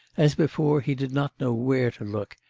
as before, he did not know where to look,